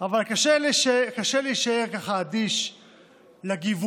אבל קשה להישאר ככה אדיש לגיבובים